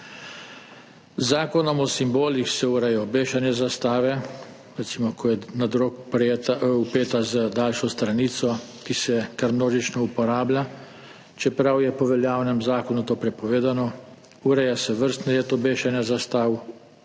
Z zakonom o simbolih se ureja obešanje zastave, recimo ko je na drog vpeta z daljšo stranico, ki se kar množično uporablja, čeprav je po veljavnem zakonu to prepovedano. Ureja se vrstni red obešanja zastav